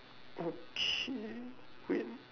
okay wait